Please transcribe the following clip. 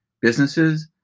businesses